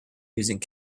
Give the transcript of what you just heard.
using